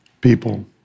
people